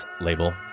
label